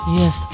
yes